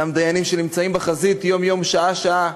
אותם דיינים שנמצאים בחזית יום-יום, שעה-שעה,